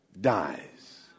dies